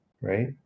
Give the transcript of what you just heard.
right